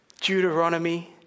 Deuteronomy